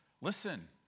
listen